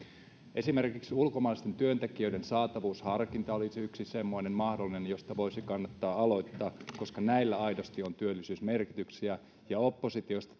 esimerkiksi ulkomaisten työntekijöiden saatavuusharkinta olisi yksi semmoinen mahdollinen josta voisi kannattaa aloittaa koska näillä aidosti on työllisyysmerkityksiä ja oppositiosta